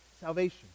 salvation